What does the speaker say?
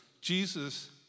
Jesus